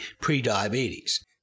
pre-diabetes